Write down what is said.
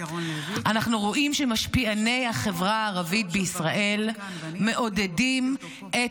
אנחנו רואים שמשפיעני החברה הערבית בישראל מעודדים את